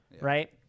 right